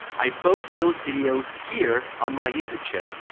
i post those videos here on my youtube channel.